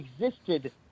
existed